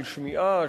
של שמיעה,